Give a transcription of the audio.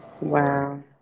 Wow